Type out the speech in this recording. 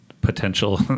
potential